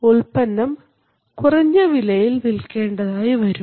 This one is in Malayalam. ഉൽപ്പന്നം കുറഞ്ഞ വിലയിൽ വിൽക്കേണ്ടതായി വരും